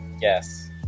Yes